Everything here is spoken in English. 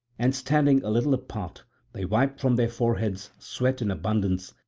and standing a little apart they wiped from their foreheads sweat in abundance,